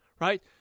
right